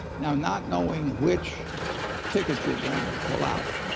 now not knowing which ticket you're going to pull out,